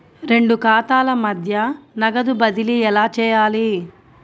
రెండు ఖాతాల మధ్య నగదు బదిలీ ఎలా చేయాలి?